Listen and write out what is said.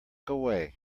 away